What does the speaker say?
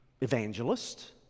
evangelist